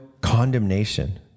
condemnation